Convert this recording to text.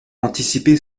anticiper